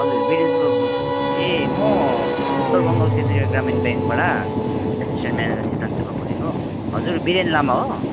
हजुर बिरेन सुब्बा बोल् ए म उत्तर बङ्गाल क्षेत्रिय ग्रामिण ब्याङ्कबाट एस्सिट्यान्ट म्यानेजर सिद्धान्त सुब्बा बोलेको हजुर बिरेन लामा हो